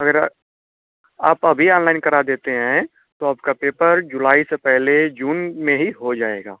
अगर आप अभी ऑनलाइन करा देते हैं तो आपका पेपर जुलाई से पहले जून में ही हो जाएगा